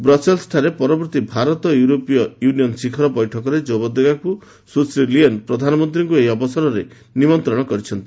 ବ୍ରସେଲ୍ସଠାରେ ପରବର୍ତ୍ତୀ ଭାରତ ୟୁରୋପୀୟ ୟୁନିୟନ୍ ଶିଖର ବୈଠକରେ ଯୋଗଦେବାକୁ ସୁଶ୍ରୀ ଲିଏନ୍ ପ୍ରଧାନମନ୍ତ୍ରୀଙ୍କୁ ଏହି ଅବସରରେ ନିମନ୍ତ୍ରଣ କରିଛନ୍ତି